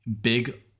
big